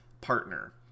partner